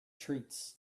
treats